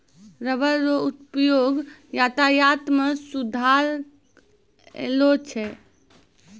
rubber रो उपयोग यातायात मे सुधार अैलौ छै